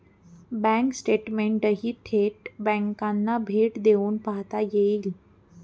bank स्टेटमेंटही थेट बँकांना भेट देऊन पाहता येईल